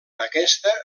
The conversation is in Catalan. aquesta